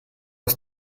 ist